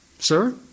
Sir